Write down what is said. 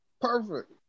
Perfect